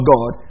God